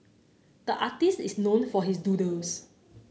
the artist is known for his doodles